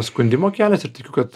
skundimo kelias ir tikiu kad